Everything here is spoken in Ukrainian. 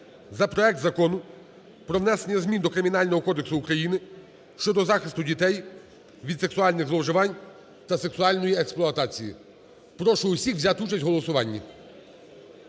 за проект Закону про внесення змін до Кримінального кодексу України щодо захисту дітей від сексуальних зловживань та сексуальної експлуатації (№ 2016). Прошу всіх взяти участь у голосуванні.